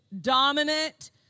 dominant